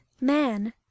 Man